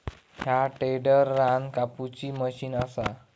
ह्या टेडर रान कापुची मशीन असा